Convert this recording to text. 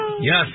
Yes